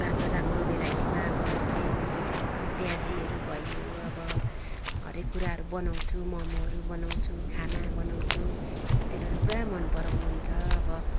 राम्रो राम्रो भेराइटीमा अब जस्तै प्याजीहरू भयो अब हरेक कुराहरू बनाउँछु मोमोहरू बनाउँछु खाना बनाउँछु त्यसले गर्दा पुरा मनपराउनु हुन्छ अब